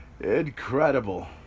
Incredible